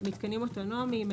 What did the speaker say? מתקנים אוטונומיים,